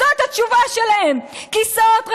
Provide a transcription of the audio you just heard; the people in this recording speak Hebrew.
זאת התשובה שלהם: כיסאות ריקות.